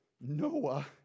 Noah